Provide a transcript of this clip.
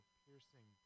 piercing